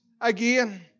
again